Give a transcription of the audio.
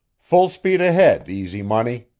full speed ahead, easy money!